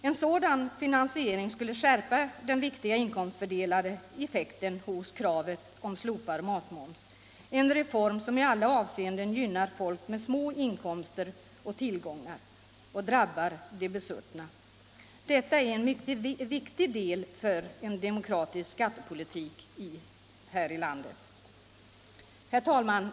En sådan finansiering skulle skärpa den viktiga inkomstomfördelande effekten av ett slopande av matmomsen, en reform som i alla avseenden gynnar folk med små inkomster och tillgångar och drabbar de besuttna. Detta är en mycket viktig del i en demokratisk skattepolitik här i landet. Herr talman!